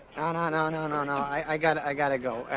and ah no, no, no, no. i gotta i gotta go.